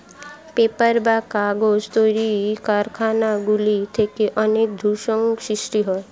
paper বা কাগজ তৈরির কারখানা গুলি থেকে অনেক দূষণ সৃষ্টি হয়